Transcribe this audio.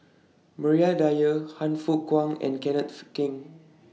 Maria Dyer Han Fook Kwang and Kenneth Keng